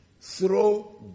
throw